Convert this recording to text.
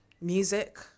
Music